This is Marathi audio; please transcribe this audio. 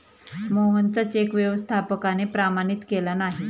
मोहनचा चेक व्यवस्थापकाने प्रमाणित केला नाही